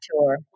tour